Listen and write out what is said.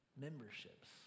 memberships